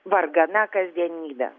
vargana kasdienybė